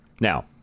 Now